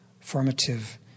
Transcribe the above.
formative